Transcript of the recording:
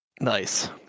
Nice